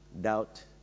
Doubt